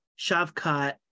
shavkat